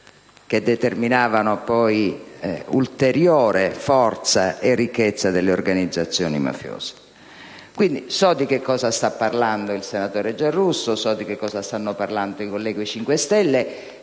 che determinavano poi ulteriore forza e ricchezza delle organizzazioni mafiose. Quindi, so di cosa sta parlando il senatore Giarrusso, so di cosa stanno parlando i colleghi del